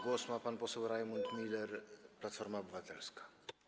Głos ma pan poseł Rajmund Miller, Platforma Obywatelska.